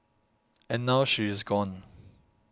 and now she is gone